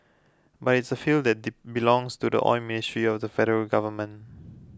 but it's a field that belongs to the Oil Ministry of the Federal Government